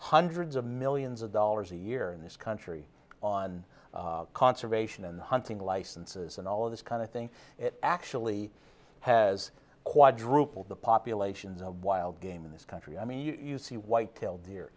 hundreds of millions of dollars a year in this country on conservation and hunting licenses and all of this kind of thing actually has quadrupled the population the wild game in this country i mean you see whitetail deer